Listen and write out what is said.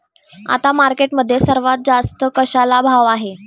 आता मार्केटमध्ये सर्वात जास्त कशाला भाव आहे?